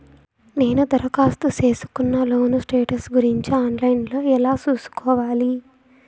నేను దరఖాస్తు సేసుకున్న లోను స్టేటస్ గురించి ఆన్ లైను లో ఎలా సూసుకోవాలి?